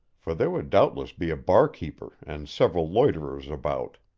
for there would doubtless be a barkeeper and several loiterers about.